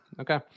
Okay